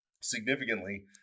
significantly